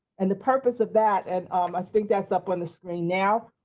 and the purpose of that, and um i think that's up on the screen now,